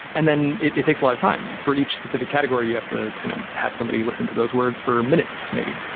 and then it it takes a lot of time. for each specific category you have to you know have somebody listen to those words for minutes maybe.